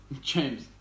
James